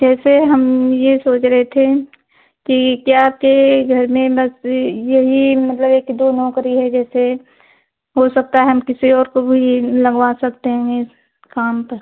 जैसे हम यह सोच रहे थे कि क्या आपके घर में बस यही मतलब एक दो नौकरी है जैसे हो सकता है हम किसी और को भी लगवा सकते हैं इस काम पर